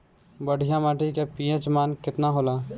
बढ़िया माटी के पी.एच मान केतना होला?